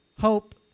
hope